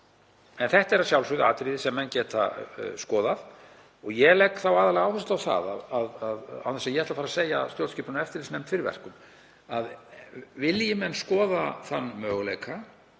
En þetta er að sjálfsögðu atriði sem menn geta skoðað. Ég legg þá aðallega áherslu á það, án þess að ég ætli að segja stjórnskipunar- og eftirlitsnefnd fyrir verkum, að vilji menn skoða þann möguleika